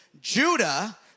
Judah